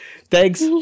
Thanks